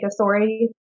authority